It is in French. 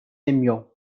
aimions